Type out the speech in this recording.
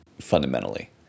fundamentally